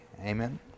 Amen